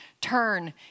turn